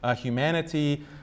humanity